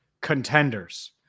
contenders